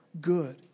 good